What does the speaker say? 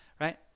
right